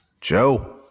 Joe